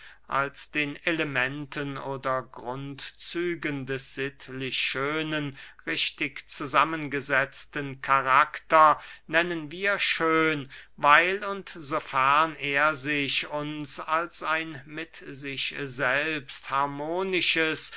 als den elementen oder grundzügen des sittlichschönen richtig zusammen gesetzten karakter nennen wir schön weil und sofern er sich uns als ein mit sich selbst harmonisches